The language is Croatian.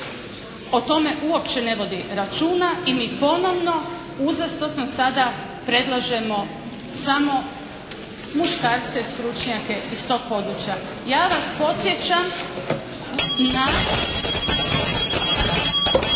o tome uopće ne vodi računa i mi ponovno uzastopno sada predlažemo samo muškarce stručnjake iz tog područja. Ja vas podsjećam na,